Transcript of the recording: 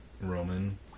Roman